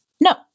No